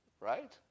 right